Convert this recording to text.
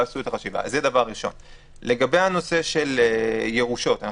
לגבי הנושא של ירושות.